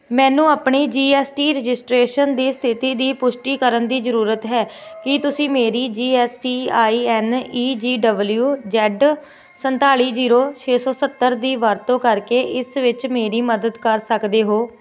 ਮੈਨੂੰ ਆਪਣੀ G S T registration ਦੀ ਸਥਿਤੀ ਦੀ ਪੁਸ਼ਟੀ ਕਰਨ ਦੀ ਜ਼ਰੂਰਤ ਹੈ ਕੀ ਤੁਸੀਂ ਮੇਰੀ G S T I N E G W Z ਸੰਤਾਲੀ ਜੀਰੋ ਛੇ ਸੋ ਸੱਤਰ ਦੀ ਵਰਤੋਂ ਕਰਕੇ ਇਸ ਵਿੱਚ ਮੇਰੀ ਮਦਦ ਕਰ ਸਕਦੇ ਹੋ